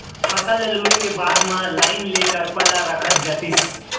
फसल ल लूए के बाद म लाइन ले करपा ल रखत जातिस